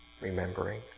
remembering